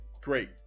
Great